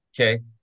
Okay